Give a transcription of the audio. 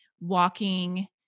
walking